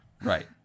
right